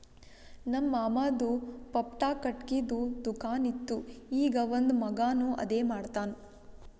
ನಮ್ ಮಾಮಾದು ಪಪ್ಪಾ ಖಟ್ಗಿದು ದುಕಾನ್ ಇತ್ತು ಈಗ್ ಅವಂದ್ ಮಗಾನು ಅದೇ ಮಾಡ್ತಾನ್